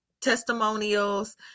testimonials